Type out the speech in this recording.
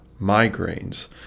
migraines